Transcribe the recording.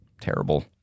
terrible